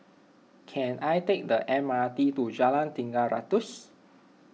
can I take the M R T to Jalan Tiga Ratus